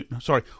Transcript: Sorry